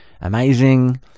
amazing